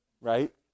Right